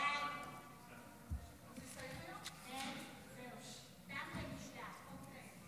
הודעת הממשלה על העברת סמכויות משר המשפטים